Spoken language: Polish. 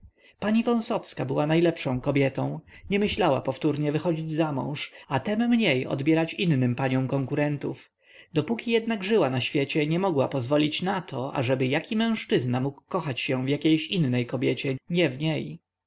pani wąsowska była najlepszą kobietą nie myślała powtórnie wychodzić za mąż a tem mniej odbierać innym paniom konkurentów dopóki jednak żyła na świecie nie mogła pozwolić nato ażeby jaki mężczyzna mógł kochać się w jakiejś innej kobiecie nie w niej